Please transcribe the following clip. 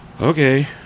Okay